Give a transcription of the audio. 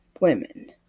women